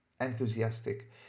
enthusiastic